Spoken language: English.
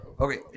okay